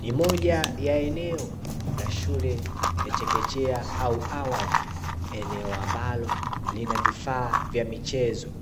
Ni moja ya eneo la shule ya chekechea au awali, eneo ambalo lina vifaa vya michezo,